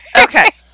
Okay